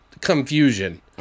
confusion